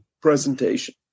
presentation